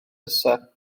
nesaf